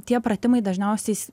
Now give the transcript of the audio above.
tie pratimai dažniausiai